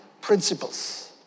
principles